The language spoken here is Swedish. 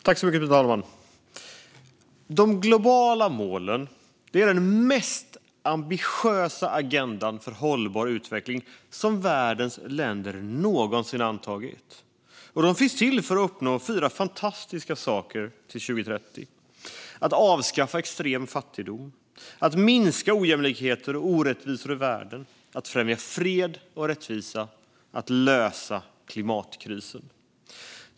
Fru talman! De globala målen är den mest ambitiösa agenda för hållbar utveckling som världens länder någonsin antagit. De finns till för att uppnå fyra fantastiska saker till 2030: att avskaffa extrem fattigdom, att minska ojämlikheter och orättvisor i världen, att främja fred och rättvisa samt att lösa klimatkrisen.